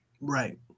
Right